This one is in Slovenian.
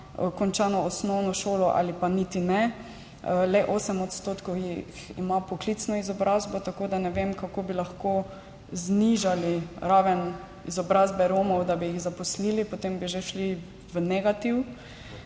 končano osnovno šolo ali pa niti ne, le 8 % jih ima poklicno izobrazbo, tako da ne vem, kako bi lahko znižali raven izobrazbe Romov, da bi jih zaposlili. Potem bi že šli v negativ.